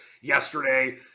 yesterday